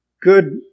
Good